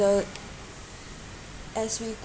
the as we